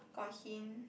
got hint